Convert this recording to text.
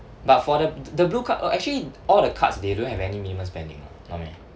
but for the the blue card uh actually all the cards they don't have any minimum spending [what] no meh